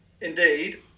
Indeed